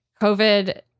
COVID